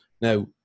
Now